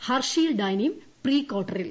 ഹർഷീൽ ഡാനിയും പ്രീക്വാർട്ടറിൽ